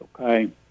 okay